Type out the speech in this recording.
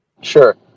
Sure